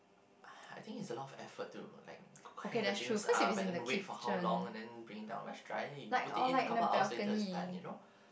ah I think it is a lot of effort to like hang the things up and then wait for how long and then bring it down whereas drier you put in a couple of hours later and then it is done you know